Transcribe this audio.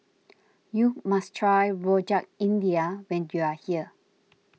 you must try Rojak India when you are here